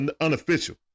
unofficial